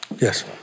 Yes